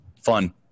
fun